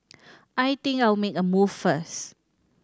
I think I'll make a move first